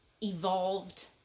evolved